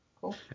Cool